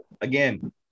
Again